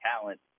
talent